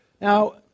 Now